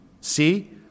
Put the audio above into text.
See